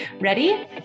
Ready